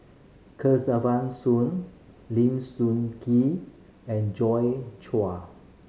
Kesavan Soon Lim Soon Ngee and Joi Chua